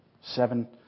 seven